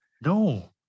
No